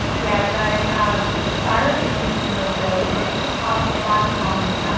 yeah, you guys, um thyroid disease is no joke and it can cause a lot of problems.